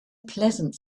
pleasant